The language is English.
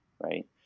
right